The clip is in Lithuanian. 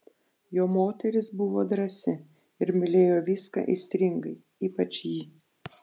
jo moteris buvo drąsi ir mylėjo viską aistringai ypač jį